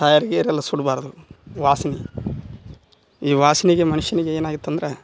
tyre ಗಿಯರ್ ಎಲ್ಲ ಸುಡಬಾರ್ದು ವಾಸನೆ ಈ ವಾಸ್ನೆಗೆ ಮನುಷ್ಯನಿಗೆ ಏನಾಯ್ತು ಅಂದರೆ